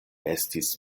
estis